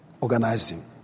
organizing